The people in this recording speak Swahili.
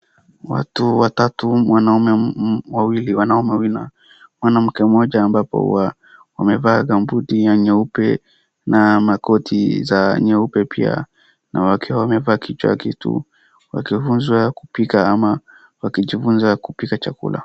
watu watatu wanaume wawili na mwanamke mmoja ambapo wamevaa gambuti ya nyeupe na makoti za nyeupe pia na wakiwa wamevaa kichwa kitu wakifunzwa kupika ama wakijifunza kupika chakula